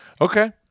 Okay